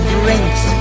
drinks